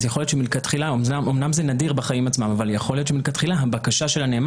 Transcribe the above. אז יכול להיות שמלכתחילה אמנם זה נדיר בחיים עצמם הבקשה של הנאמן